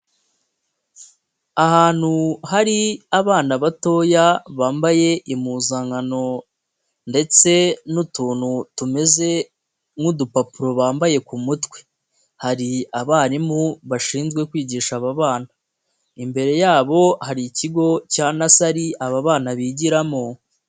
Ahantu hari abana batoya bambaye impuzankano ndetse n'utuntu tumeze nk'udupapuro bambaye ku mutwe, hari abarimu bashinzwe kwigisha aba bana, imbere yabo hari ikigo cya nasari aba bana bigiramo.